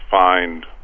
find